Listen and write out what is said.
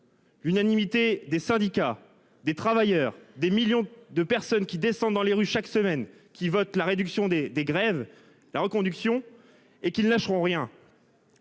L'unanimité des syndicats des travailleurs des millions de personnes qui descendent dans les rues chaque semaine qui vote la réduction des des grèves, la reconduction et qu'ne lâcheront rien.